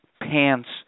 pants